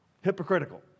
hypocritical